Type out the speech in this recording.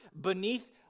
beneath